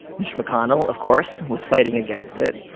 mitch mcconnell, of course, was fighting against it.